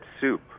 Soup